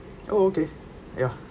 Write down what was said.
oh okay ya